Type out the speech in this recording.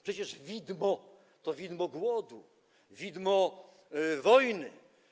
Przecież widmo to widmo głodu, widmo wojny.